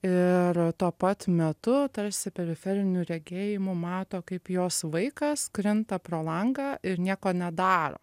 ir tuo pat metu tarsi periferiniu regėjimu mato kaip jos vaikas krinta pro langą ir nieko nedaro